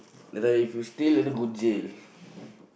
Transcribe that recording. then if you steal later go jail